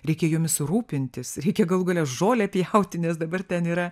reikia jomis rūpintis reikia galų gale žolę pjauti nes dabar ten yra